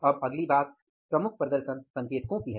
अब अगली बात प्रमुख प्रदर्शन संकेतकों की है